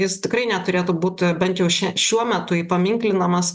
jis tikrai neturėtų būt bent jau šią šiuo metu įpaminklinamas